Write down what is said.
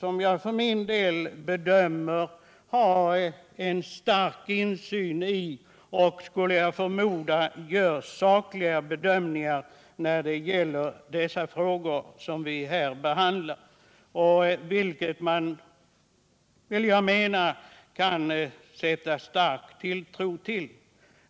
Luftfartsverket är den myndighet som har den bästa insynen i dessa frågor, och jag förmodar att vi kan sätta stark tilltro till dess bedömningar.